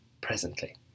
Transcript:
presently